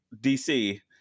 dc